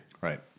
Right